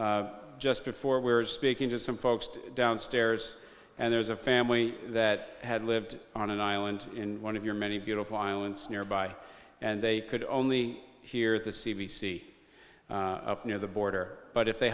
just before we were speaking to some folks downstairs and there was a family that had lived on an island in one of your many beautiful islands nearby and they could only hear the c b c up near the border but if they